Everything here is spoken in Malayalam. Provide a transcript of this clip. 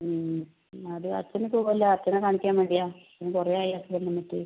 അത് അച്ഛന് സുഖമില്ല അച്ഛനെ കാണിക്കാൻ വേണ്ടിയാണ് കുറെ ആയി അച്ഛൻ വന്നിട്ട്